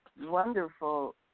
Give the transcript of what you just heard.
wonderful